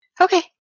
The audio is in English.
okay